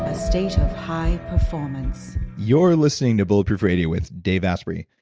a state of high performance you're listening to bulletproof radio with dave asprey.